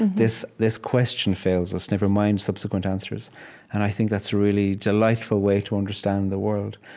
this this question fails us, never mind subsequent answers and i think that's a really delightful way to understand the world.